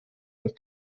und